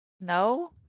No